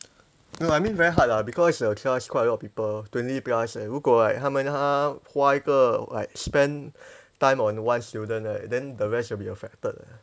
no I mean very hard lah because the class quite a lot of people twenty plus and 如果 like 他们他花一个 like spend time on one student right then the rest will be affected